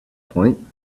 point